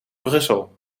brussel